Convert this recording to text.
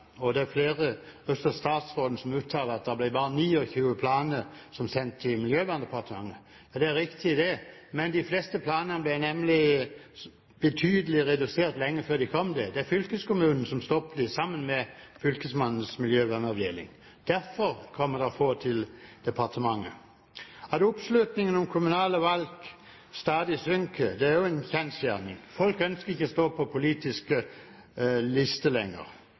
og det er flere, bl.a. statsråden, som uttaler at det bare var 29 planer som ble sendt til Miljøverndepartementet. Det er riktig, det, de fleste planene ble nemlig betydelig redusert lenge før de kom dit. Det er fylkeskommunen som stopper dem, sammen med fylkesmannens miljøvernavdeling. Derfor kommer det få til departementet. At oppslutningen om kommunale valg stadig synker, er jo en kjensgjerning. Folk ønsker ikke å stå på politiske lister lenger.